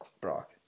Brock